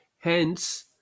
Hence